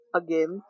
again